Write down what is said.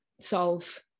solve